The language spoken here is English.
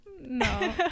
No